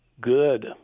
good